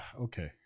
Okay